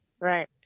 Right